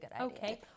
Okay